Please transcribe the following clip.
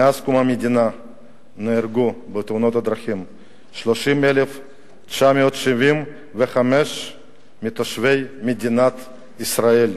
מאז קום המדינה נהרגו בתאונות הדרכים 30,975 מתושבי מדינת ישראל.